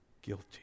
Guilty